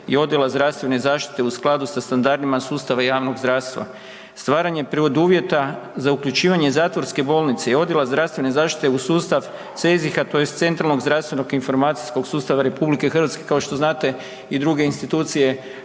i odjela zdravstvene zaštite u skladu sa standardima sustava javnog zdravstva. Stvaranjem preduvjeta za uključivanje zatvorske bolnice i odjela zdravstvene zaštite u sustav CZIH-a tj. Centralnog zdravstvenog informacijskog sustava RH, kao što znate i druge institucije